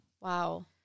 wow